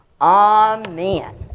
Amen